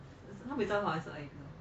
without I